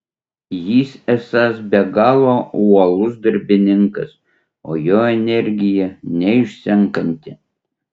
jis esąs be galo uolus darbininkas o jo energija neišsenkanti